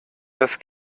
das